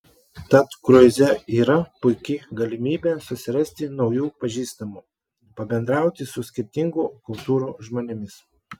tad kruize yra puiki galimybė susirasti naujų pažįstamų pabendrauti su skirtingų kultūrų žmonėmis